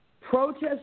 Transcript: protest